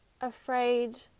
afraid